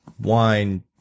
wine